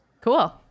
Cool